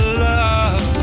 love